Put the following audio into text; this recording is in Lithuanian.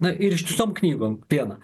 na ir ištisom knygom vieną